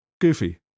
goofy